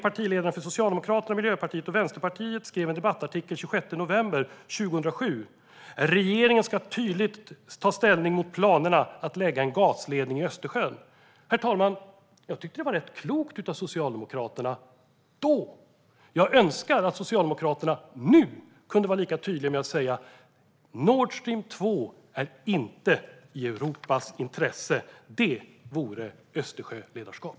Partiledarna för Socialdemokraterna, Miljöpartiet och Vänsterpartiet skrev i en debattartikel den 26 november 2007: "Regeringen ska ta tydlig ställning mot planerna att lägga en gasledning i Östersjön." Herr talman! Jag tyckte att det var rätt klokt av Socialdemokraterna då. Jag önskar att Socialdemokraterna nu kunde vara lika tydliga med att säga att Nord Stream 2 inte är i Europas intresse. Det vore Östersjöledarskap.